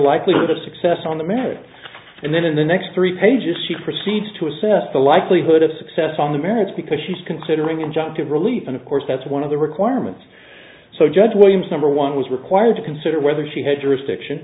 likelihood of success on the merits and then in the next three pages she proceeds to assess the likelihood of success on the merits because she's considering injunctive relief and of course that's one of the requirements so judge williams number one was required to consider whether she had a restriction